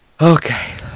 Okay